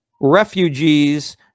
refugees